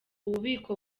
ububiko